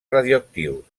radioactius